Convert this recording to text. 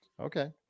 Okay